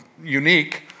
unique